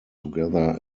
together